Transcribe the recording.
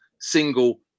single